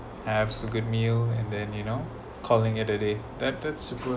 have a good meal and then you know calling it a day that that's super